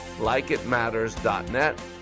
likeitmatters.net